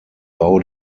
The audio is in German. bau